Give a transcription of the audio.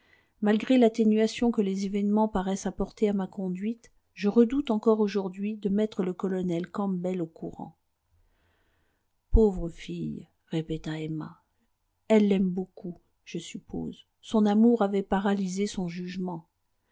malgré l'atténuation que les événements paraissent apporter à ma conduite je redoute encore aujourd'hui de mettre le colonel campbell au courant pauvre fille répéta emma elle l'aime beaucoup je suppose son amour avait paralysé son jugement